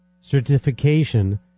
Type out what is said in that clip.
certification